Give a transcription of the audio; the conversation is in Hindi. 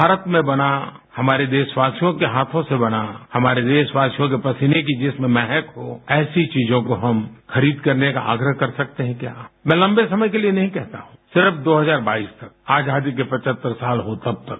भारत में बना हमारे देशवासियों के हाथों से बना हमारे देशवासियों के पसीने की जिसमें महक हो ऐसी चीजों को हम खरीद करने का आग्रह कर सकते हैं क्या मैं लम्बे समय के लिए नहीं कहता हैं सिर्फ दो हजार बाईस तक आजादी के पचहत्तर साल हो तब तक